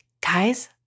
Guys